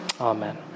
amen